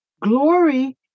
Glory